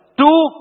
two